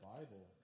Bible